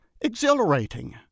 exhilarating